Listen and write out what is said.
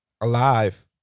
alive